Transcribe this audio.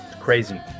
crazy